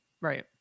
right